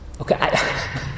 Okay